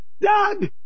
Doug